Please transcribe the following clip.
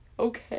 Okay